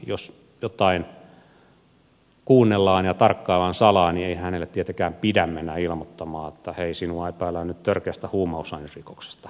jos jotakuta kuunnellaan ja tarkkaillaan salaa ei hänelle tietenkään pidä mennä ilmoittamaan että hei sinua epäillään nyt törkeästä huumausainerikoksesta